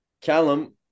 Callum